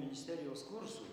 ministerijos kursų